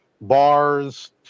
bars